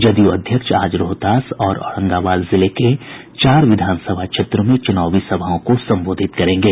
जदयू अध्यक्ष आज रोहतास और औरंगाबाद जिले के चार विधानसभा क्षेत्रों में चुनावी सभाओं को संबोधित करेंगे